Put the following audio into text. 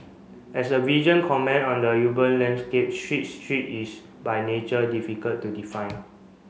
as a visual comment on the urban landscape street is by nature difficult to define